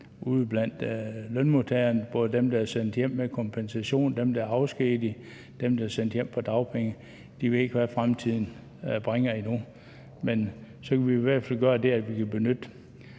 derude blandt lønmodtagerne, både hos dem, der er sendt hjem med kompensation, dem, der er afskediget, dem, der er sendt hjem på dagpenge. De ved ikke, hvad fremtiden bringer endnu, men så kan vi jo i hvert fald gøre det, at vi benytter